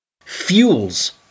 fuels